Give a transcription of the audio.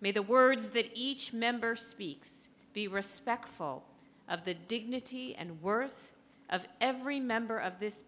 may the words that each member speaks be respectful of the dignity and worth of every member of this